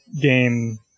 game